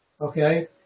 Okay